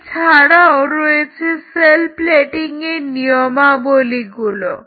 এছাড়াও রয়েছে cell plating এর নিয়মাবলীগুলো